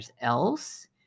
else